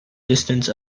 distance